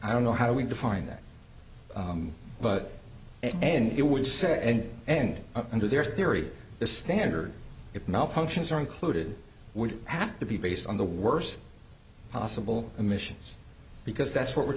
i don't know how we define that but and you would say and under their theory the standard if malfunctions are included would have to be based on the worst possible emissions because that's what we're